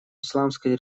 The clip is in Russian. исламской